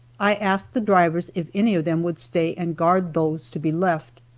i asked the drivers if any of them would stay and guard those to be left.